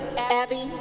abby,